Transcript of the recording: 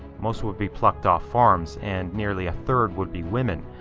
most would be plucked off farms and nearly a third would be women.